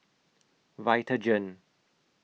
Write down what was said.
Vitagen